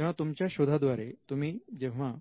तेव्हा तुमच्या शोधा द्वारे तुम्ही जेव्हा